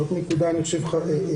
זאת נקודה חשובה.